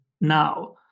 now